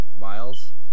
Miles